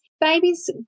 Babies